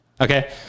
Okay